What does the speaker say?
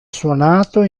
suonato